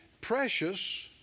Precious